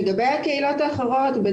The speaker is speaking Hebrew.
לגבי הקהילות האחרות,